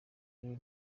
rero